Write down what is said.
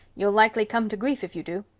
you'll likely come to grief if you do.